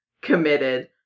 committed